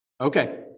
Okay